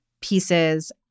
pieces